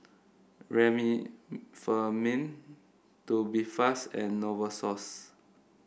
Remifemin Tubifast and Novosource